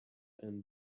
and